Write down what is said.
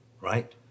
right